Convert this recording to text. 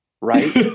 Right